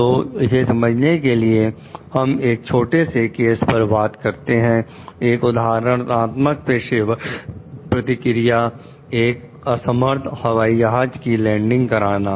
तो इसे समझने के लिए हम एक छोटे से केस पर बात करते हैं एक उदाहरणत्मक पेशेवर प्रतिक्रिया एक असमर्थ हवाई जहाज की लैंडिंग कराना